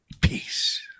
Peace